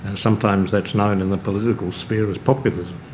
sometimes that's known in the political sphere as populism.